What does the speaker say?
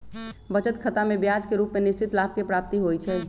बचत खतामें ब्याज के रूप में निश्चित लाभ के प्राप्ति होइ छइ